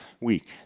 week